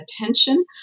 attention